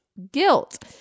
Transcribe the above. guilt